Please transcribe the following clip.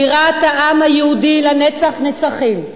בירת העם היהודי לנצח נצחים,